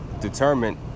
determined